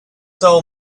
soul